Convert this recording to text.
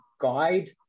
guide